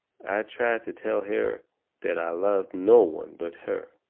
i tried to tell her that i loved no one but her.